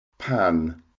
Pan